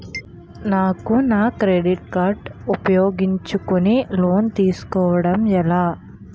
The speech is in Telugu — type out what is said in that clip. నాకు నా క్రెడిట్ కార్డ్ ఉపయోగించుకుని లోన్ తిస్కోడం ఎలా?